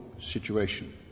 situation